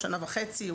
שנה וחצי,